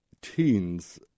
teens